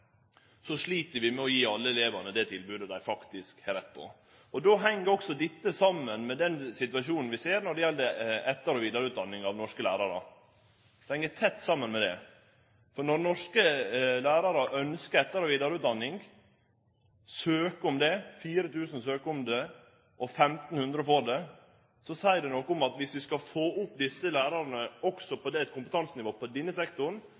tilbodet dei faktisk har rett på. Då heng også dette saman med den situasjonen vi ser når det gjeld etter- og vidareutdanning av norske lærarar. Det heng tett saman med det. Når norske lærarar ønskjer etter- og vidareutdanning – 4 000 søkjer om det og 1 500 får det – seier det noko om at om vi skal få desse lærarane opp i kompetansenivå på denne sektoren,